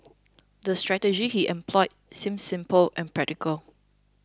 the strategies he employed seemed simple and practical